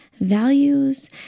values